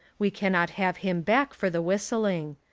we cannot have him back for the whistling.